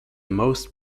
most